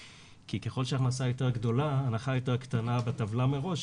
כי ככל ההכנסה יותר גדולה ההנחה יותר קטנה בטבלה מראש,